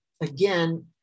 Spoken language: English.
again